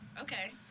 Okay